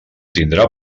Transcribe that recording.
tindrà